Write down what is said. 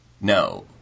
No